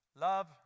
Love